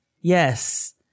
yes